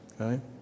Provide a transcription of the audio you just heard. Okay